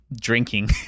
drinking